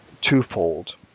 twofold